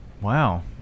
Wow